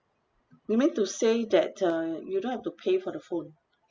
you mean to say that uh you don't have to pay for the phone